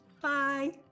Bye